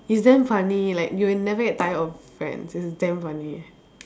it's damn funny like you will never get tired of friends it's damn funny